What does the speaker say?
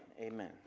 amen